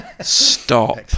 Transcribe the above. Stop